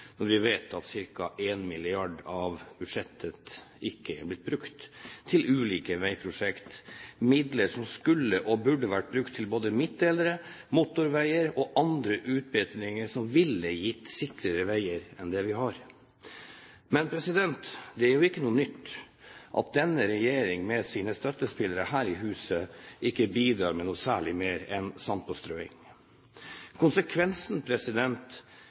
når vi vet at ca. en milliard av budsjettet ikke er blitt brukt til ulike veiprosjekt. Det er midler som skulle og burde vært brukt til både midtdelere, motorveier og andre utbedringer som ville gitt sikrere veier enn det vi har. Det er ikke noe nytt at denne regjeringen med sine støttespillere her i huset ikke bidrar med noe særlig mer enn sandpåstrøing. Konsekvensen